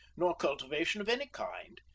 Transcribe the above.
nor cultivation of any kind.